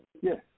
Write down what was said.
Yes